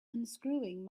unscrewing